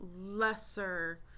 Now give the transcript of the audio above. lesser